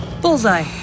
Bullseye